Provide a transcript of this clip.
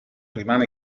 rimane